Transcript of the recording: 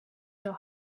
your